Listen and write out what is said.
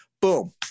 Boom